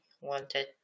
wanted